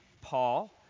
Paul